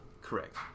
correct